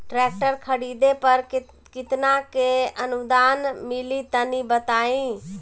Tractor खरीदे पर कितना के अनुदान मिली तनि बताई?